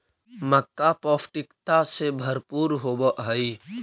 मक्का पौष्टिकता से भरपूर होब हई